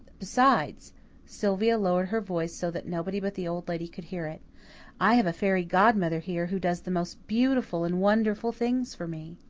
besides sylvia lowered her voice so that nobody but the old lady could hear it i have a fairy godmother here who does the most beautiful and wonderful things for me.